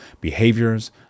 behaviors